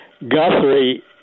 Guthrie